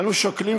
אנו שוקלים,